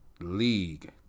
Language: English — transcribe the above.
league